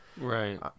Right